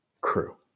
crew